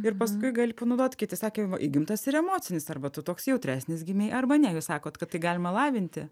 ir paskui gali panaudot kiti sakė va įgimtas ir emocinis arba tu toks jautresnis gimei arba ne jūs sakot kad tai galima lavinti